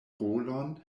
rolon